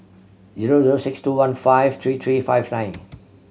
zero zero six two one five three three five nine